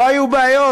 לא היו בעיות,